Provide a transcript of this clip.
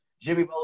Jimmy